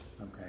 okay